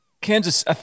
Kansas